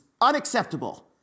unacceptable